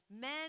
Men